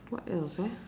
what else ah